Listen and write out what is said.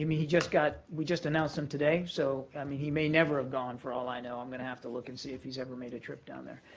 he just got we just announced him today, so i mean, he may never have gone for all i know. i'm going to have to look and see if he's ever made a trip down there.